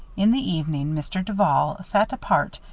in the evening mr. duval sat apart,